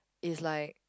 is like